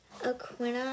aquina